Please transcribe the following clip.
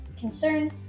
concern